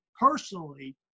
personally